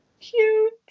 cute